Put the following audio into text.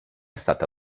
stata